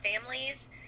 families